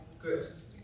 groups